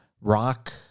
rock